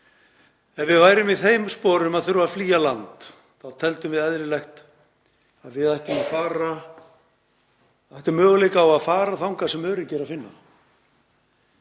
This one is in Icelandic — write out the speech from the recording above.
Ef við værum í þeim sporum að þurfa að flýja land þá teldum við eðlilegt að við ættum möguleika á að fara þangað sem öryggi er að finna.